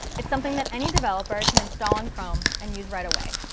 it's something that any developer can install on chrome and use right away.